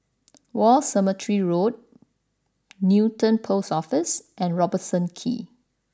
War Cemetery Road Newton Post Office and Robertson Quay